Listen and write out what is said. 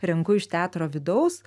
renku iš teatro vidaus